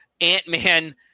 ant-man